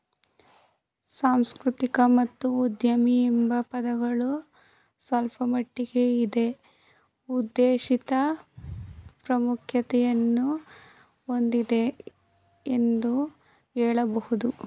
ಸಾಂಸ್ಕೃತಿಕ ಮತ್ತು ಉದ್ಯಮಿ ಎಂಬ ಪದಗಳು ಸ್ವಲ್ಪಮಟ್ಟಿಗೆ ಇದೇ ಉದ್ದೇಶಿತ ಪ್ರಾಮುಖ್ಯತೆಯನ್ನು ಹೊಂದಿದೆ ಎಂದು ಹೇಳಬಹುದು